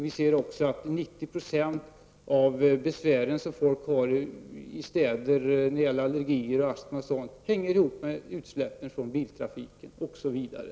Vi ser också att 90 % av de besvär som folk har i städer när det gäller allergier, astma m.m., har samband med utsläppen från biltrafik osv.